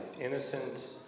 Innocent